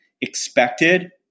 expected